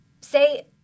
say